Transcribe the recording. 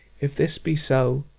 if this be so,